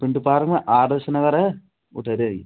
Pinto park में आदर्श नगर है उधर ही